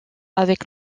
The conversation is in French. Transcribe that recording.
avec